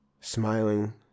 smiling